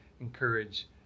encourage